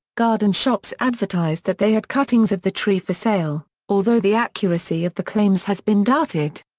garden shops advertised that they had cuttings of the tree for sale, although the accuracy of the claims has been doubted.